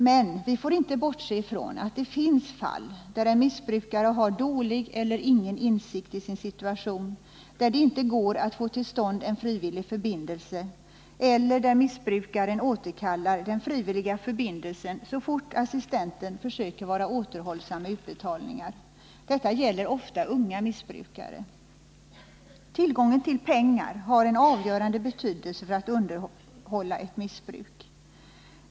Men vi får inte bortse från att det finns fall där en missbrukare har dålig eller ingen insikt om sin situation, där det inte går att få till stånd en frivillig förbindelse eller där missbrukaren återkallar den frivilliga förbindelsen så fort assistenten försöker vara återhållsam med utbetalningen. Detta gäller ofta unga missbrukare. Tillgången till pengar har en avgörande betydelse för att underhålla ett missbruk.